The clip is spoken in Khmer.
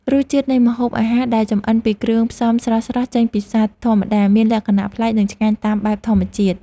រសជាតិនៃម្ហូបអាហារដែលចម្អិនពីគ្រឿងផ្សំស្រស់ៗចេញពីផ្សារធម្មតាមានលក្ខណៈប្លែកនិងឆ្ងាញ់តាមបែបធម្មជាតិ។